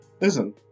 Listen